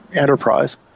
enterprise